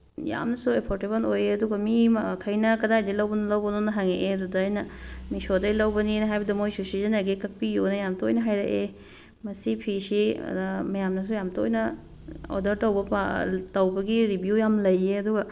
ꯌꯥꯝꯅꯁꯨ ꯑꯦꯐꯣꯔꯗꯦꯕꯜ ꯑꯣꯏꯌꯦ ꯑꯗꯨꯒ ꯃꯤ ꯃꯈꯩꯅ ꯀꯗꯥꯏꯗꯒꯤ ꯂꯧꯕꯅꯣ ꯂꯧꯕꯅꯣꯅ ꯍꯪꯉꯛꯑꯦ ꯑꯗꯨꯗ ꯑꯩꯅ ꯃꯤꯁꯣꯗꯒꯤ ꯂꯧꯕꯅꯦ ꯍꯥꯏꯕꯗ ꯃꯣꯏꯁꯨ ꯁꯤꯖꯤꯟꯅꯒꯦ ꯀꯛꯄꯤꯌꯣꯅ ꯌꯥꯝ ꯇꯣꯏꯅ ꯍꯥꯏꯔꯛꯑꯦ ꯃꯁꯤ ꯐꯤꯁꯤ ꯃꯌꯥꯝꯅꯁꯨ ꯌꯥꯝ ꯇꯣꯏꯅ ꯑꯣꯗꯔ ꯇꯧꯕ ꯇꯧꯕꯒꯤ ꯔꯤꯚ꯭ꯌꯨ ꯌꯥꯝ ꯂꯩꯌꯦ ꯑꯗꯨꯒ